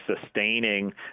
sustaining